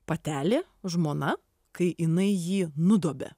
patelė žmona kai jinai jį nudobia